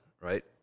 right